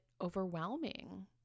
overwhelming